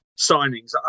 signings